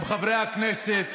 עם חברי הכנסת,